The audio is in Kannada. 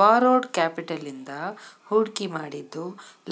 ಬಾರೊಡ್ ಕ್ಯಾಪಿಟಲ್ ಇಂದಾ ಹೂಡ್ಕಿ ಮಾಡಿದ್ದು